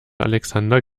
alexander